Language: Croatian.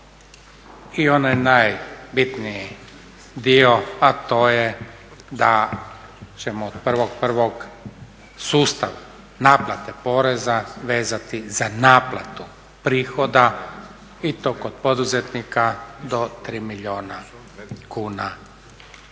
i onaj najbitniji dio, a to je da ćemo od 1.01. sustav naplate poreza vezati za naplatu prihoda i to kod poduzetnika do tri milijuna kuna